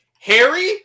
Harry